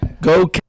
go